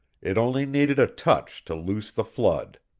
it only needed a touch to loose the flood.